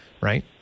Right